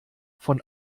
von